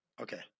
Okay